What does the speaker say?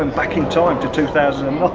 um back in time to two thousand and